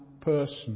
person